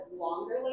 longer